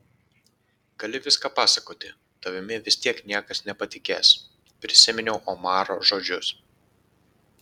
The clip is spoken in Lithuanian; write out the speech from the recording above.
gali viską pasakoti tavimi vis tiek niekas nepatikės prisiminiau omaro žodžius